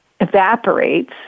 evaporates